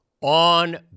On